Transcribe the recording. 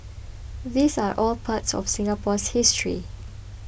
these are all parts of Singapore's history